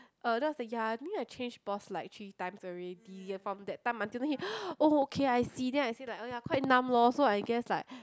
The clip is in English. uh tthen I was like yeah I think I change boss like three times already from that time until then he oh okay I see then I say like oh yea quite numb loh so I guess like